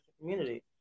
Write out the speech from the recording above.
community